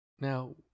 Now